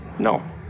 No